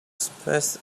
spaced